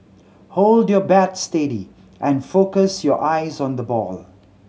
hold your bat steady and focus your eyes on the ball